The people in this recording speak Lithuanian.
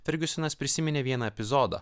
firgiusenas prisiminė vieną epizodą